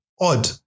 odd